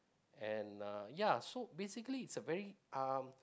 and uh ya so basically it's a very um